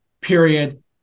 period